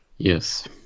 Yes